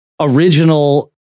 original